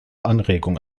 anregung